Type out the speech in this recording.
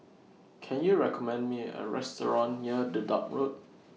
Can YOU recommend Me A Restaurant near Dedap Road